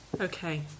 Okay